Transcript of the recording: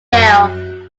girl